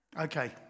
Okay